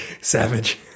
savage